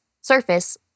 surface